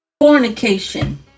fornication